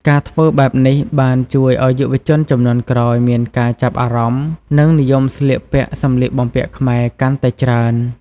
ការធ្វើបែបនេះបានជួយឱ្យយុវជនជំនាន់ក្រោយមានការចាប់អារម្មណ៍ និងនិយមស្លៀកពាក់សំលៀកបំពាក់ខ្មែរកាន់តែច្រើន។